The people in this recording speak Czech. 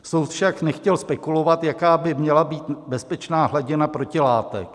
Soud však nechtěl spekulovat, jaká by měla být bezpečná hladina protilátek.